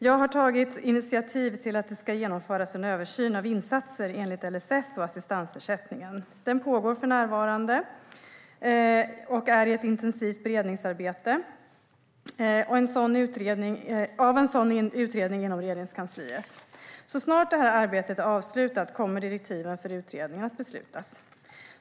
Jag har tagit initiativ till att det ska genomföras en översyn av insatser enligt LSS och assistansersättningen. Det pågår för närvarande ett intensivt beredningsarbete av direktiv till en sådan utredning inom Regeringskansliet. Så snart detta arbete är avslutat kommer direktiven för utredningen att beslutas.